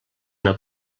una